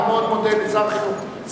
אני מאוד מודה לשר החינוך.